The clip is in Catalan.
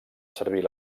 servir